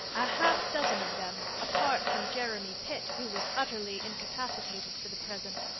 a half-dozen of them, apart from jeremy pitt, who was utterly incapacitated for the present,